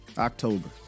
October